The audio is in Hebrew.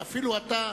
אפילו אתה,